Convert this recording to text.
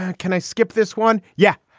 can i skip this one? yeah,